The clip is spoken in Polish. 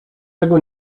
tego